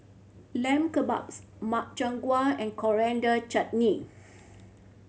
Lamb Kebabs Makchang Gui and Coriander Chutney